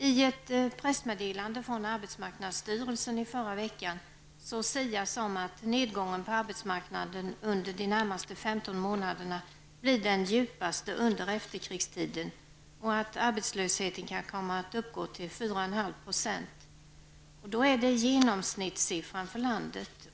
I ett pressmeddelande från arbetsmarknadsstyrelsen förra veckan sias om att nedgången på arbetsmarknaden under de närmaste 15 månaderna blir den djupaste under efterkrigstiden och att arbetslösheten kan komma att uppgå till 4,5 %. Det är genomsnittssiffran för landet.